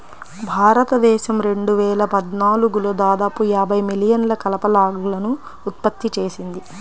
భారతదేశం రెండు వేల పద్నాలుగులో దాదాపు యాభై మిలియన్ల కలప లాగ్లను ఉత్పత్తి చేసింది